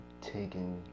taking